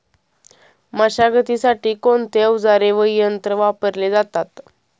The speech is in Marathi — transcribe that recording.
मशागतीसाठी कोणते अवजारे व यंत्र वापरले जातात?